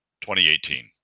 2018